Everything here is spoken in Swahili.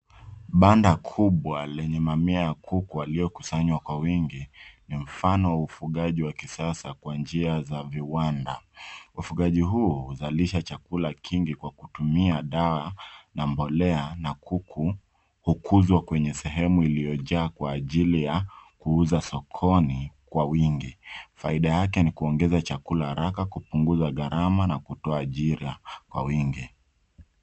Banda kubwa lenye mamia wa kuku waliokusanywa kwa wingi ni mfano wa ufugaji wa kisasa kwa njia za viwanda. Ufugaji huu huzalisha chakula kingi kwa kutumia dawa na mbolea na kuku hukuzwa kwenye sehemu iliyojaa kwa ajili ya kuuza sokoni kwa wingi. Faida yake ni kuongeza chakula haraka kupunguza gharama na kutoa ajira kwa wingi.